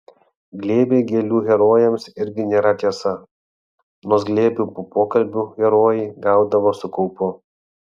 glėbiai gėlių herojams irgi nėra tiesa nors glėbių po pokalbių herojai gaudavo su kaupu